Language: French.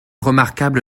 remarquable